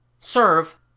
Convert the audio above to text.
Serve